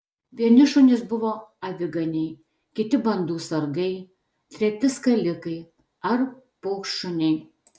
vieni šunys buvo aviganiai kiti bandų sargai treti skalikai ar paukštšuniai